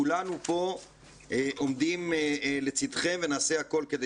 כולנו פה עומדים לצידכם ונעשה הכול כדי